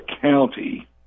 County